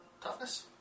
Toughness